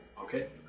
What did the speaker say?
Okay